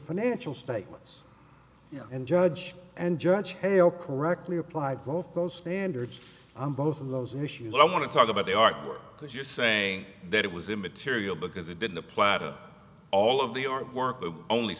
financial statements and judge and judge hale correctly applied both standards on both of those issues i want to talk about the artwork because you're saying that it was immaterial because it didn't apply to all of the artwork